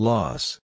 Loss